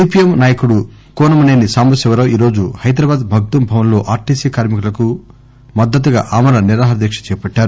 CPM నాయకుడు కూనమసేని సాంబశివరావు ఈరోజు హైదరాబాద్ మగ్గూం భవన్ లో ఆర్టీసీ కార్మి కులకు మద్దతుగా ఆమరణ నిరాహార దీక చేపట్టారు